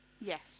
Yes